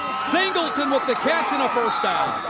singleton with the catch and a first down!